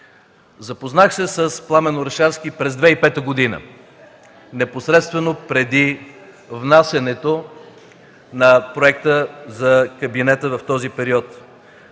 Запознах се с Пламен Орешарски през 2005 г., непосредствено преди внасянето на проекта за кабинета в този период.